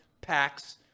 packs